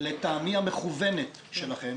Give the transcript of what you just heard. לדעתי המכוונת שלכם,